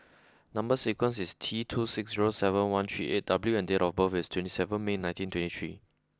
number sequence is T two six zero seven one three eight W and date of birth is twenty seven May nineteen twenty three